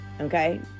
Okay